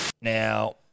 Now